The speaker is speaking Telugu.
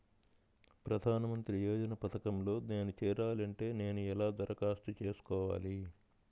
ప్రధాన మంత్రి యోజన పథకంలో నేను చేరాలి అంటే నేను ఎలా దరఖాస్తు చేసుకోవాలి?